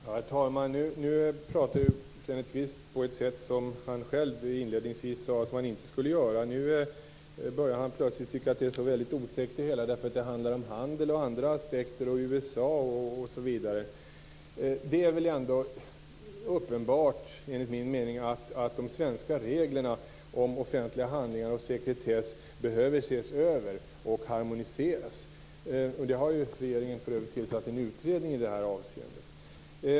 Herr talman! Nu pratar Kenneth Kvist på ett sätt som han själv inledningsvis sade att man inte skulle göra. Nu börjar han plötsligt tycka att det hela är så otäckt, därför att det handlar om handel, andra aspekter än de han själv har tänkt sig, USA osv. Det är enligt min mening uppenbart att de svenska reglerna om offentliga handlingar och sekretess behöver ses över och harmoniseras. Regeringen har för övrigt tillsatt en utredning i det avseendet.